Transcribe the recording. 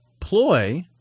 ploy